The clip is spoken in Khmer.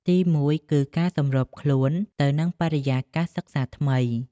ទីមួយគឺ ការសម្របខ្លួនទៅនឹងបរិយាកាសសិក្សាថ្មី។